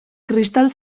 kristal